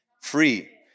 Free